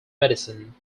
medicine